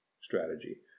strategy